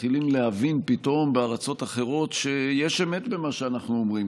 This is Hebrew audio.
מתחילים להבין פתאום שיש אמת במה שאנחנו אומרים.